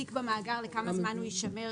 כל תיק במאגר לכמה זמן הוא יישמר